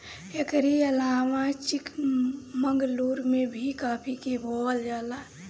एकरी अलावा चिकमंगलूर में भी काफी के बोअल जाला